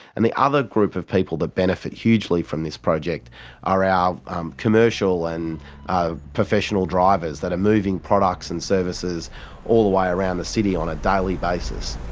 and the other group of people that benefit hugely from this project are our um commercial and professional drivers that are moving products and services all the way around the city on a daily basis.